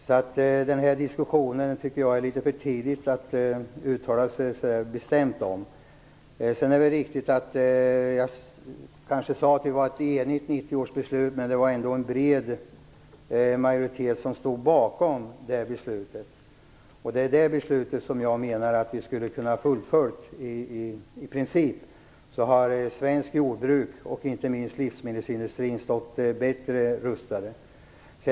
Jag tycker att det är litet för tidigt att uttala sig så bestämt i denna diskussion. Jag kanske sade att 1990 års beslut var enigt, det är riktigt. Men det var ändå en bred majoritet som stod bakom beslutet. Det är det beslutet jag menar att vi skulle kunna fullfölja. I princip hade svenskt jordbruk och inte minst livsmedelsindustrin stått bättre rustade.